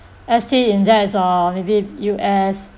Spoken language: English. S_T index or maybe U_S